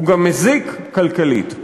הוא גם מזיק כלכלית.